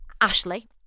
Ashley